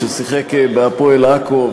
ששיחק ב"הפועל עכו",